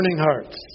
hearts